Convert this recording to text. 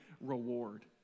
reward